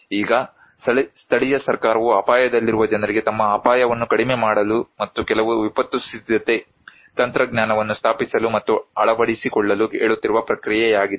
ಈಗ ಸ್ಥಳೀಯ ಸರ್ಕಾರವು ಅಪಾಯದಲ್ಲಿರುವ ಜನರಿಗೆ ತಮ್ಮ ಅಪಾಯವನ್ನು ಕಡಿಮೆ ಮಾಡಲು ಮತ್ತು ಕೆಲವು ವಿಪತ್ತು ಸಿದ್ಧತೆ ತಂತ್ರಜ್ಞಾನವನ್ನು ಸ್ಥಾಪಿಸಲು ಮತ್ತು ಅಳವಡಿಸಿಕೊಳ್ಳಲು ಹೇಳುತ್ತಿರುವ ಪ್ರಕ್ರಿಯೆಯಾಗಿದೆ